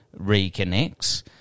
reconnects